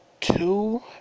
two